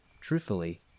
Truthfully